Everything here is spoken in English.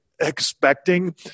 expecting